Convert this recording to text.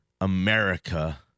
America